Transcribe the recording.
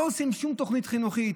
לא עושים שום תוכנית חינוכית,